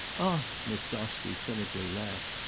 ah, miss gostrey cynically laughed,